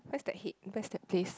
where's the head where's that place